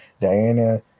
Diana